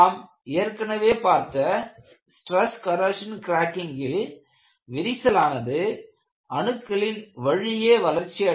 நாம் ஏற்கனவே பார்த்த ஸ்டிரஸ் கரோஷன் கிராக்கிங்கில் விரிசல் ஆனது அணுக்களின் வழியே வளர்ச்சியடைகிறது